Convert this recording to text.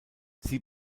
sie